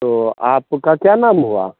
तो आपका क्या नाम हुआ